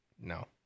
No